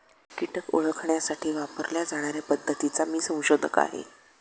कीटक ओळखण्यासाठी वापरल्या जाणार्या पद्धतीचा मी संशोधक आहे